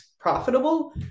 profitable